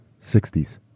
60s